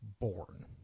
born